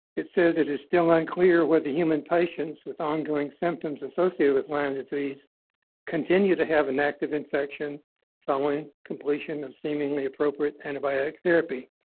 it says it is still unclear whether human patients with ongoing symptoms associated with lyme disease continue to have an active infection following completion of seemingly appropriate antibiotic therapy.